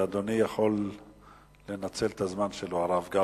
אדוני יכול לנצל את הזמן שלו, הרב גפני.